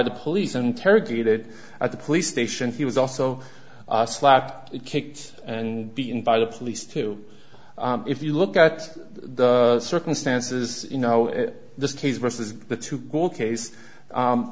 the police interrogated at the police station he was also slapped kicked and beaten by the police too if you look at the circumstances you know in this case versus the two go case